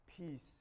peace